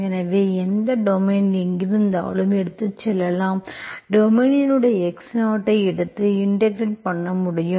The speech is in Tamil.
எனவே அதை டொமைனில் எங்கிருந்தாலும் எடுத்துச் செல்லலாம் டொமைனில் x0 ஐ எடுத்து இன்டெகிரெட் பண்ண முடியும்